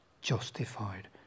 justified